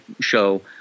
show